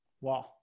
Wow